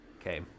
Okay